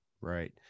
right